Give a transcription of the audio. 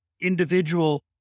individual